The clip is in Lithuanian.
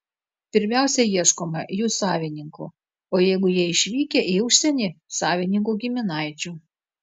pirmiausia ieškoma jų savininkų o jeigu jie išvykę į užsienį savininkų giminaičių